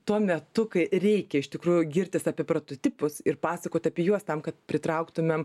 tuo metu kai reikia iš tikrųjų girtis apie prototipus ir pasakoti apie juos tam kad pritrauktumėm